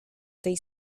tej